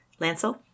Lancel